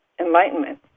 enlightenment